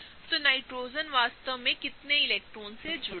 तो नाइट्रोजन वास्तव में कितने इलेक्ट्रॉनों से जुड़ा है